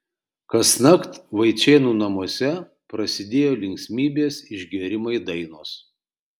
kasnakt vaičėnų namuose prasidėjo linksmybės išgėrimai dainos